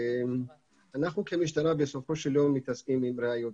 אנחנו כמשטרה בסופו של יום מתעסקים עם ראיות.